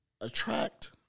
attract